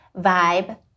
vibe